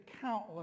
countless